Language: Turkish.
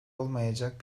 olmayacak